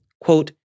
Quote